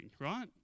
right